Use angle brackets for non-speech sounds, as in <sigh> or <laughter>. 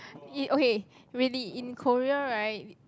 <breath> okay really in Korea right